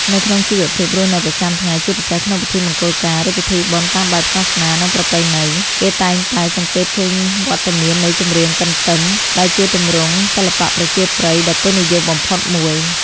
នៅក្នុងជីវភាពរស់នៅប្រចាំថ្ងៃ ជាពិសេសក្នុងពិធីមង្គលការ ឬពិធីបុណ្យតាមបែបសាសនា និងប្រពៃណី គេតែងតែសង្កេតឃើញវត្តមាននៃ ចម្រៀងកន្ទឹម ដែលជាទម្រង់សិល្បៈប្រជាប្រិយដ៏ពេញនិយមបំផុតមួយ។